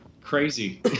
crazy